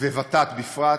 וות"ת בפרט,